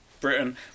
Britain